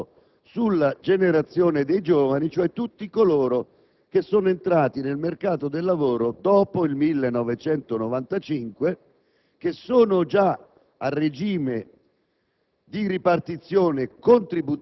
e carica questo costo sulla generazione dei giovani, cioè di tutti coloro che sono entrati nel mercato del lavoro dopo il 1995, che sono già a regime